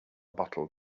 bottle